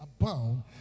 abound